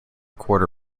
quarter